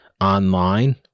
online